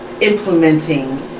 implementing